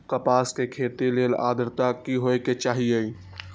कपास के खेती के लेल अद्रता की होए के चहिऐई?